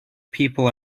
people